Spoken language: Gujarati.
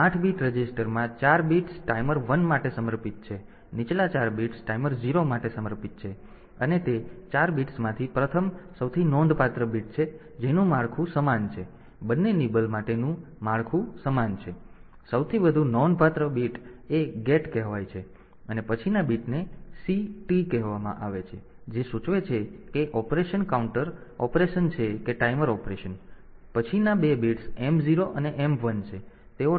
તેથી આ 8 બીટ રજિસ્ટરમાં 4 બિટ્સ ટાઈમર 1 માટે સમર્પિત છે નીચલા 4 બિટ્સ ટાઈમર 0 માટે સમર્પિત છે અને તે 4 બિટ્સમાંથી પ્રથમ સૌથી નોંધપાત્ર બિટ છે જેનું માળખું સમાન છે બંને નિબલ માટેનું માળખું સમાન છે સૌથી વધુ નોંધપાત્ર બીટ એ ગેટ કહેવાય છે અને પછીના બીટને CT કહેવામાં આવે છે જે સૂચવે છે કે ઓપરેશન કાઉન્ટર ઑપરેશન છે કે ટાઈમર ઑપરેશન અને પછી પછીના 2 બિટ્સ m0 અને m1 છે